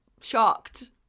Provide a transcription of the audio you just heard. shocked